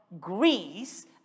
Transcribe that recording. Greece